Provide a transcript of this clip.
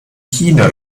china